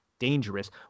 Dangerous